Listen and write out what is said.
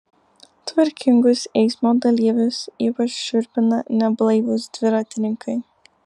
tvarkingus eismo dalyvius ypač šiurpina neblaivūs dviratininkai